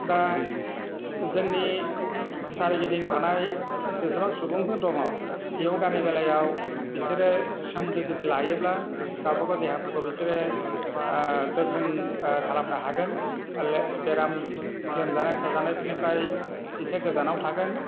दा जोंनि सारिगिदिं थानाय जेसेबां सुबुंफोर दङ योगानि बेलायाव बिसोरो सोमोन्दो जुदि लायोब्ला गावबागाव देहाफोरखौ बिसोरो गोख्रों खालामनो हागोन बेराम लोमजानाय साजानायफोरनिफ्राय एसे गोजानाव थागोन